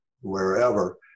wherever